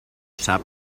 sap